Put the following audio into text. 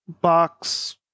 Box